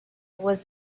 was